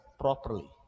properly